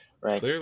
Right